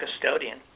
custodian